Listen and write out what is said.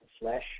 flesh